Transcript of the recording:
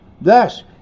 Thus